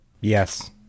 Yes